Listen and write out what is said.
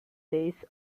days